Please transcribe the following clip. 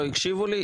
לא הקשיבו לי,